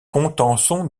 contenson